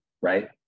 right